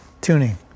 tuning